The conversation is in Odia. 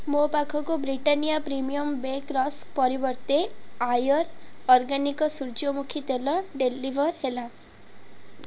ମୋ ପାଖକୁ ବ୍ରିଟାନିଆ ପ୍ରିମିୟମ୍ ବେକ୍ ରସ୍କ୍ ପରିବର୍ତ୍ତେ ଆର୍ୟ ଅର୍ଗାନିକ୍ ସୂର୍ଯ୍ୟମୁଖୀ ତେଲ ଡେଲିଭର୍ ହେଲା